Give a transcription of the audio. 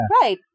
Right